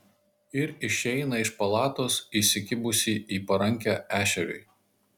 ir išeina iš palatos įsikibusi į parankę ešeriui